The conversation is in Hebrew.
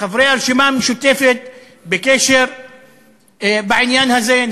חברי הרשימה המשותפת בקשר בעניין הזה,